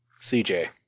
CJ